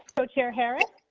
co chair harris.